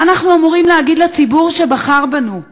מה אנחנו אמורים להגיד לציבור שבחר בנו?